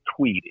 tweeting